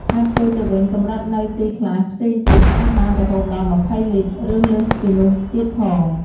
ហើយផ្ទុយទៅវិញកម្រិតនៅទីខ្លះផ្សេងទៀតអាចបានរហូតដល់២០លីត្រ ឬលើសពីនោះទៀតផង។